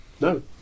No